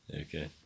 Okay